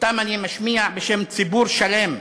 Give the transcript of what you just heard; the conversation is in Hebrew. שאותם אני משמיע בשם ציבור שלם,